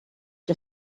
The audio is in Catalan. que